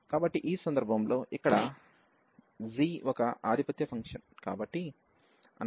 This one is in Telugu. కాబట్టి ఈ సందర్భంలో ఇక్కడ g ఒక ఆధిపత్య ఫంక్షన్ కాబట్టి మనకు ఈ k 0 లభిస్తుంది